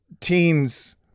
teens